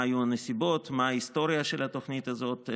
מה היו הנסיבות, מה ההיסטוריה של התוכנית הזאת.